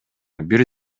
бир